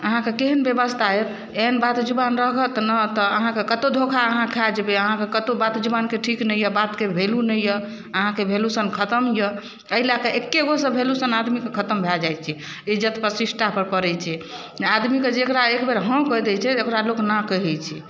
अहाँके केहन व्यवस्था अछि एहन बात जुबान रहत ने अहाँके कतौ धोखा अहाँ खा जेबै अहाँ कतौ बात जुबानके ठीक नहि एहि बात के वैल्यू नहि यऽ अहाँके वैल्यू खतम यऽ एहि लएके एके गो सँ वैल्यूसन आदमी के खतम भऽ जाइ छै इज्जत प्रतिष्ठा पर परे छै ने आदमीके जेकरा एक बेर हँ कहि दै छै ओकरा लोक ना कहे छै